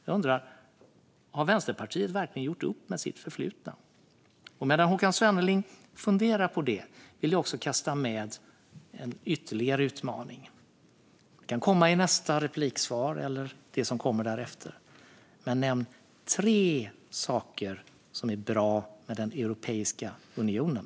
Jag undrar: Har Vänsterpartiet verkligen gjort upp med sitt förflutna? Medan Håkan Svenneling funderar på detta vill jag kasta med en ytterligare utmaning. Svaret kan komma i nästa replik eller den därefter. Nämn tre saker som är bra med Europeiska unionen!